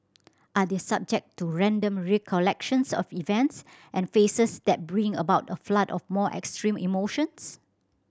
are they subject to random recollections of events and faces that bring about a flood of more extreme emotions